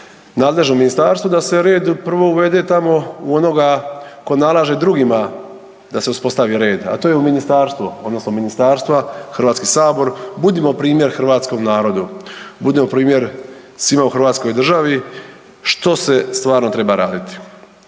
nadležno ministarstvo da se red prvo uvede tamo u onoga ko nalaže drugima da se uspostavi red, a to je u ministarstvo odnosno ministarstva, HS, budimo primjer hrvatskom narodu, budimo primjer svima u hrvatskoj državi što se stvarno treba raditi.